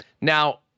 now